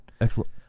Excellent